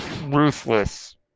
ruthless